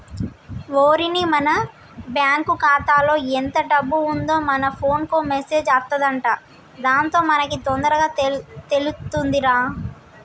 ఓరిని మన బ్యాంకు ఖాతాలో ఎంత డబ్బు ఉందో మన ఫోన్ కు మెసేజ్ అత్తదంట దాంతో మనకి తొందరగా తెలుతుందిరా